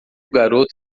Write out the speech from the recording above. garoto